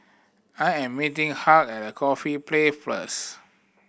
I am meeting Hugh at Corfe Place first